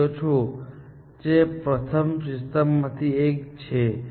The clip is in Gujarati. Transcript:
સોલ્વ કરેલા નોડ્સ પાસે કોઈ એસસોસિએટેડ ખર્ચ હોઈ શકે નહીં